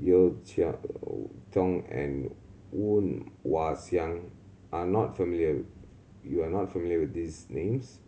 Yeo Cheow Tong and Woon Wah Siang are not familiar you are not familiar with these names